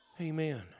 Amen